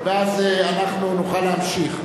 ואז אנחנו נוכל להמשיך.